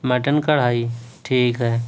mutton karahi ٹھیک ہے